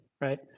right